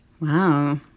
wow